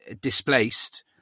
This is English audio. displaced